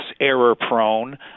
error-prone